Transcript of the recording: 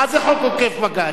מה זה חוק עוקף בג"ץ?